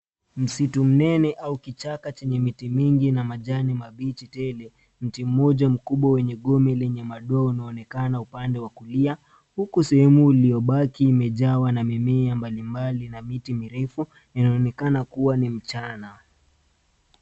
Msitu mnene au kichaka chenye miti mingi na majani mabichi tele. Mti mmoja mkubwa wenye gome lenye madoa unaonekana upande wa kulia, huku sehemu uliobaki imejawa na mimea mbalimbali na miti mirefu. Inaonekana kuwa ni mchana.